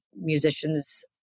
musicians